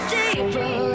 deeper